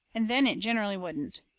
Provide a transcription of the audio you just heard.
and then it ginerally wouldn't.